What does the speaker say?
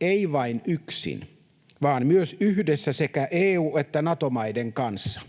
ei vain yksin vaan myös yhdessä sekä EU- että Nato-maiden kanssa.